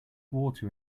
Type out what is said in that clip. water